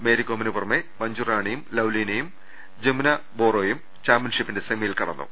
മേരികോമിന് പുറമെ മഞ്ജുറാണിയും ലൌലീനയും ജമുന ബോറോയും ചാമ്പ്യൻഷിപ്പിന്റെ സെമിയിൽ കട ന്നു